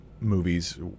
movies